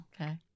Okay